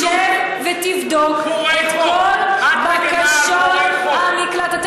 שב ותבדוק את כל בקשות המקלט.